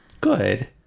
Good